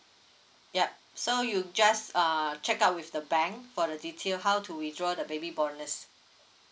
yup so you just uh check out with the bank for the detail how to withdraw the baby bonus